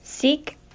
Seek